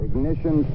Ignition